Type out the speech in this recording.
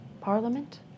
Parliament